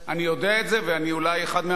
אני יודע את זה ואני אולי אחד מהאנשים